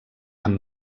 amb